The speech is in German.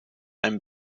einen